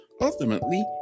ultimately